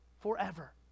forever